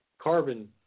carbon